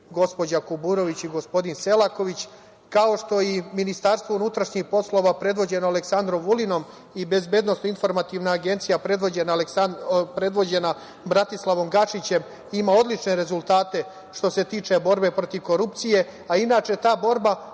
gospođa Kuburović i gospodin Selaković, kao što i Ministarstvo unutrašnjih poslova predvođeno Aleksandrom Vulinom i Bezbednosno-informativna agencija predvođena Bratislavom Gašićem ima odlične rezultate što se tiče borbe protiv korupcije, a inače ta borba